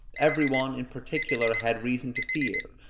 every one in particular had reason to fear,